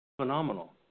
Phenomenal